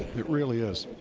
it really is.